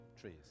trees